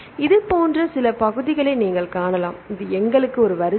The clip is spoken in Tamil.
எனவே இதேபோன்ற சில பகுதிகளை நீங்கள் காணலாம் இது எங்களுக்கு ஒரு வரிசை